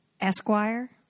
Esquire